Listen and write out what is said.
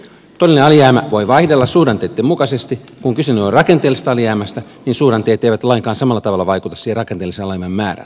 todellinen alijäämä voi vaihdella suhdanteitten mukaisesti ja kun kyse on rakenteellisesta alijäämästä niin suhdanteet eivät lainkaan samalla tavalla vaikuta siihen rakenteellisen alijäämän määrään